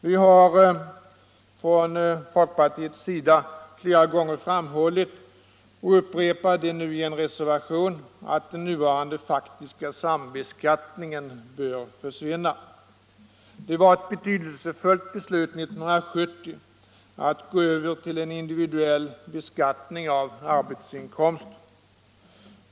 Vi har från folkpartiet flera gånger framhållit, och upprepar det nu i en reservation, att den nuvarande faktiska sambeskattningen bör försvinna. Det var ett betydelsefullt beslut 1970 att gå över till en individuell beskattning av arbetsinkomst.